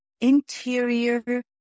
interior